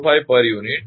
05 પર યુનિટ